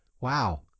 Wow